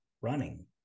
running